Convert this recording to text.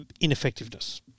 ineffectiveness